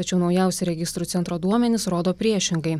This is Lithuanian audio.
tačiau naujausi registrų centro duomenys rodo priešingai